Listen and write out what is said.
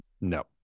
No